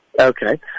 Okay